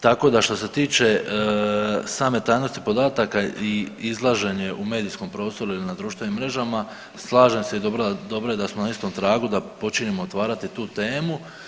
Tako da što se tiče same tajnosti podataka i izlaženje u medijskom prostoru ili na društvenim mrežama, slažem se i dobro je da smo na istom tragu da počinjemo otvarati tu temu.